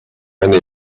eine